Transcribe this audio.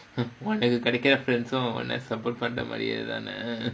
உனக்கு கிடைக்குற:unakku kidaikkura friends உன்ன:unna support பண்ற மாரியேதான:pandra maariyaethaana